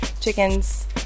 chickens